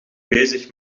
bezig